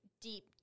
deep